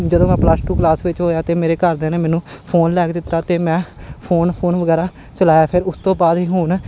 ਜਦੋਂ ਮੈਂ plus two class ਵਿੱਚ ਹੋਇਆ ਤਾਂ ਮੇਰੇ ਘਰਦਿਆਂ ਨੇ ਮੈਨੂੰ ਫੋਨ ਲੈ ਕੇ ਦਿੱਤਾ ਅਤੇ ਮੈਂ ਫੋਨ ਫੋਨ ਵਗੈਰਾ ਚਲਾਇਆ ਫਿਰ ਉਸ ਤੋਂ ਬਾਅਦ ਹੀ ਹੁਣ